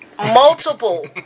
Multiple